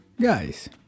guys